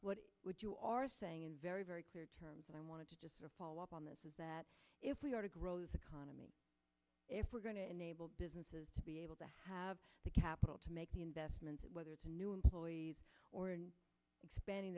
what would you are saying in very very clear terms i want to just follow up on this is that if we are to grow this economy if we're going to enable businesses to be able to have the capital to make the investments whether it's a new employees or expanding